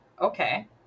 Okay